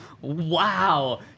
wow